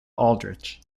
aldrich